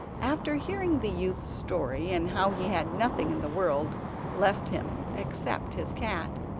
after hearing the youth's story, and how he had nothing in the world left him except his cat,